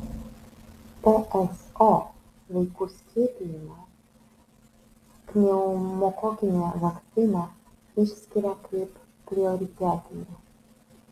pso vaikų skiepijimą pneumokokine vakcina išskiria kaip prioritetinį